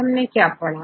हमने आज क्या पढ़ा